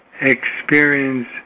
experience